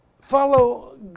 Follow